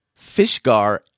Fishgar